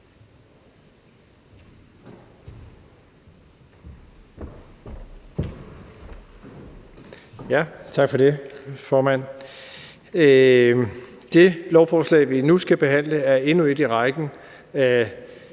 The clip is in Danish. Tak for det, formand. Det lovforslag, vi nu skal behandle, er endnu et i rækken i